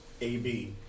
AB